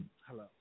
Hello